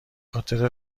خاطر